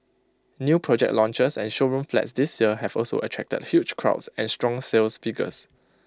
new project launches and showroom flats this year have also attracted huge crowds and strong sales figures